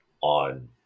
on